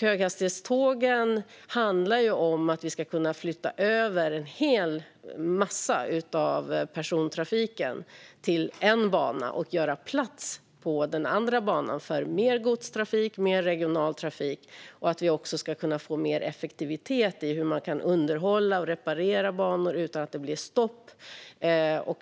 Höghastighetsjärnvägen handlar om att vi ska kunna flytta över en hel massa av persontrafiken till en bana och göra plats på den andra banan för mer godstrafik och mer regional trafik och att vi också ska kunna få mer effektivitet i hur man kan underhålla och reparera banor utan att det blir stopp.